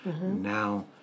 Now